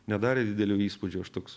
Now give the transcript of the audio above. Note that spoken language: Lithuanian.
nedarė didelio įspūdžio aš toks